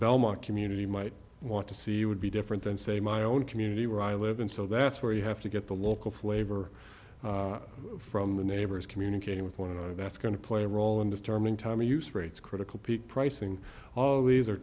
belmont community might want to see would be different than say my own community where i live and so that's where you have to get the local flavor from the neighbors communicating with one another that's going to play a role in this term in time use rates critical peak pricing all these are